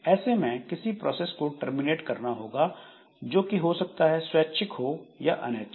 ऐसे में किसी प्रोसेस को टर्मिनेट करना होगा जो कि हो सकता है स्वैच्छिक हो या अनैच्छिक